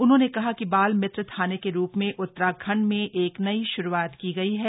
उन्होंने कहा कि बाल मित्र थाने के रू में उत्तराखण्ड में एक नई शुरूआत की गई है